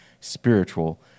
spiritual